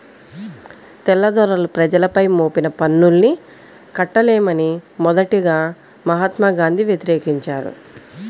తెల్లదొరలు ప్రజలపై మోపిన పన్నుల్ని కట్టలేమని మొదటగా మహాత్మా గాంధీ వ్యతిరేకించారు